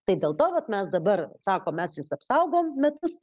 tai dėl to vat mes dabar sakom mes jus apsaugom metus